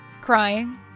Crying